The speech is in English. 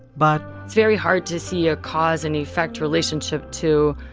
but. it's very hard to see a cause-and-effect relationship to,